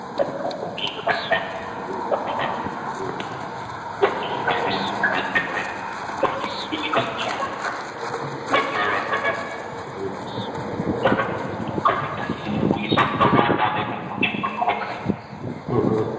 ꯎꯝ ꯎꯝ ꯎꯝ ꯎꯝ ꯎꯝ